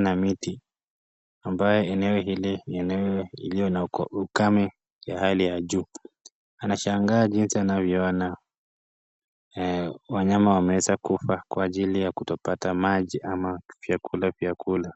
na miti, ambayo eneo hili ni eneo iliyo na ukame wa hali ya juu. Anashangaa jinsi anavyoona wanyama wameeza kufa kwa ajili ya kutopata maji ama vyakula vya kula.